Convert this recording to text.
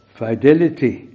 fidelity